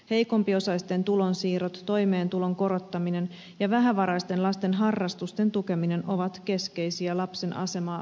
tulonsiirrot heikompiosaisille toimeentulon korottaminen ja vähävaraisten lasten harrastusten tukeminen ovat keskeisiä lapsen asemaa parantavia toimia